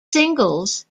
singles